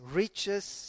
riches